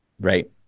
right